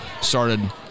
started